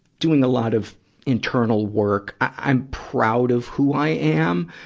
doing a lot of internal work, i, i'm proud of who i am.